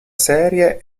serie